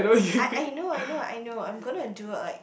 I I know I know I know I'm gonna do like